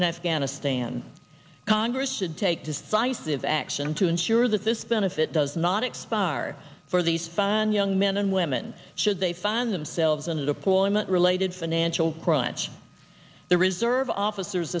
and afghanistan congress should take decisive action to ensure that this benefit does not expire for these young men and women should they find themselves in a deployment related financial crunch the reserve officers